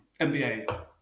NBA